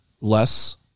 less